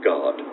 God